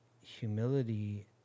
humility